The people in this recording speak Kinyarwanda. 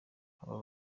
abo